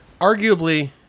Arguably